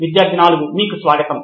విద్యార్థి 4 మీకు స్వాగతం